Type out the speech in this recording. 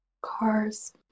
Cars